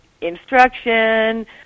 instruction